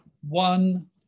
One